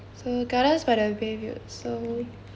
so gardens by the bay view so